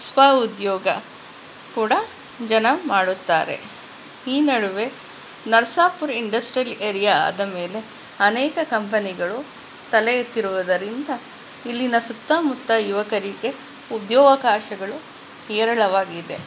ಸ್ವಉದ್ಯೋಗ ಕೂಡ ಜನ ಮಾಡುತ್ತಾರೆ ಈ ನಡುವೆ ನರ್ಸಾಪುರ ಇಂಡಸ್ಟ್ರಿಲ್ ಏರಿಯ ಆದ ಮೇಲೆ ಅನೇಕ ಕಂಪನಿಗಳು ತಲೆ ಎತ್ತಿರುವುದರಿಂದ ಇಲ್ಲಿನ ಸುತ್ತಮುತ್ತ ಯುವಕರಿಗೆ ಉದ್ಯವಕಾಶಗಳು ಹೇರಳವಾಗಿದೆ